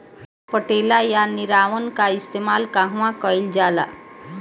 पटेला या निरावन का इस्तेमाल कहवा कइल जाला?